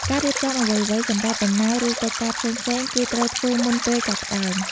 ការរៀបចំអ្វីៗសម្រាប់ដំណើរឬកិច្ចការផ្សេងៗគឺត្រូវធ្វើមុនពេលចាប់ផ្ដើម។